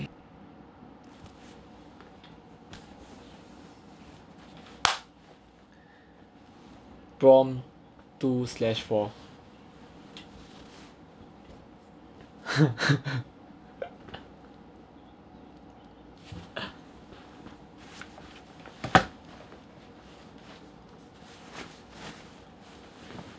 prompt two slash four